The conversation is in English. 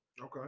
Okay